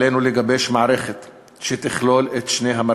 עלינו לגבש מערכת שתכלול את שני המרכיבים: